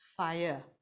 Fire